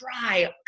try